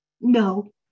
no